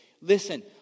Listen